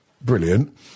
brilliant